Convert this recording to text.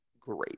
great